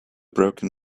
broken